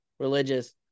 religious